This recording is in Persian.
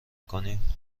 کنیم